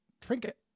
trinket